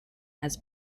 has